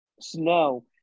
snow